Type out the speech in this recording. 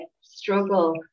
struggle